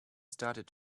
started